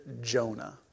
Jonah